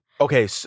Okay